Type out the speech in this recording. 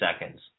seconds